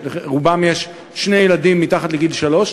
שלרובן יש שני ילדים מתחת לגיל שלוש,